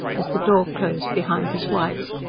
as the door closed behind his wife.